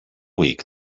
weak